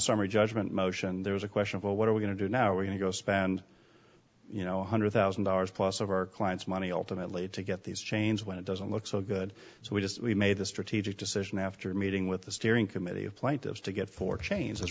summary judgment motion there was a question of well what are we going to do now we're going to go spend you know hundred thousand dollars plus of our clients money ultimately to get these changes when it doesn't look so good so we just we made the strategic decision after meeting with the steering committee of plaintiffs to get four cha